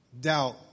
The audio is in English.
doubt